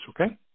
Okay